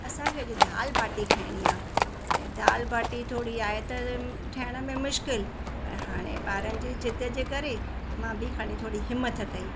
असांखे अॼु दाल बाटी खाइणी आहे हाणे दाल बाटी थोरी आहे त ठाहिण में मुश्किलु पर हाणे ॿारनि जे ज़िद जे करे मां बि खणी थोरी हिमत कई